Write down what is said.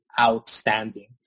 outstanding